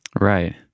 Right